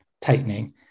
tightening